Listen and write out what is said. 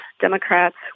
Democrats